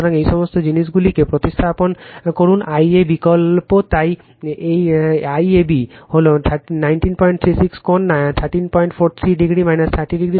সুতরাং এই সমস্ত জিনিসগুলিকে প্রতিস্থাপন করুন IAB বিকল্প তাই IAB হল 1936 কোণ 1343o 30o